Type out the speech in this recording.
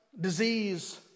disease